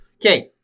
Okay